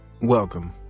welcome